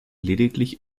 lediglich